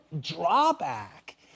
drawback